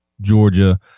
Georgia